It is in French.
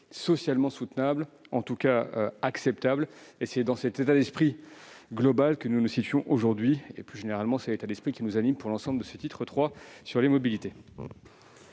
socialement soutenable, en tout cas acceptable. C'est dans cet état d'esprit global que nous nous trouvons aujourd'hui ; plus généralement, c'est l'état d'esprit qui nous anime pour examiner ce titre III relatif aux mobilités.